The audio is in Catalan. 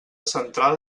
central